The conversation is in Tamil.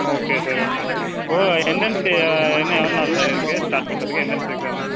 okay sir okay sir entrance இன்னும் எவ்வளோ நாள் சார் சார் இருக்குது ஸ்டார்ட் பண்ணுறதுக்கு என்ட்ரென்ட்ஸ் எக்ஸாமு